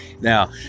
Now